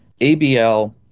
ABL